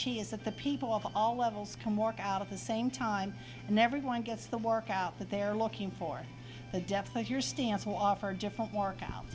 she is that the people of all levels come work out of the same time and everyone gets the workout that they are looking for the depth of your stance will offer different workout